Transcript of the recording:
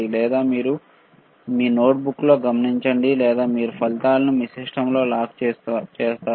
లేదా మీరు మీ నోట్బుక్లో గమనించండి లేదా మీరు ఫలితాలను మీ సిస్టమ్లో లాక్ చేస్తారు